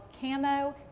Camo